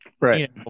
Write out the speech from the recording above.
right